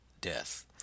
death